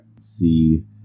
see